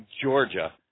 Georgia